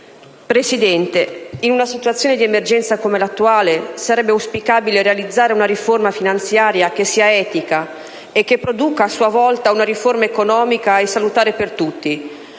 Presidente, in una situazione di emergenza come l'attuale, sarebbe auspicabile realizzare una riforma finanziaria che sia etica e che produca a sua volta una riforma economica e salutare per tutti.